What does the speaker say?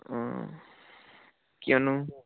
অঁ কিয়নো